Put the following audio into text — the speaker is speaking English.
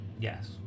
Yes